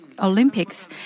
Olympics